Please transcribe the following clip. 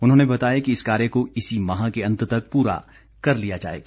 उन्होंने बताया कि इस कार्य को इसी माह के अंत तक पूरा कर लिया जाएगा